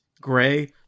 gray